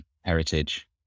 heritage